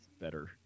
better